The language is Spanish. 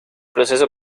proceso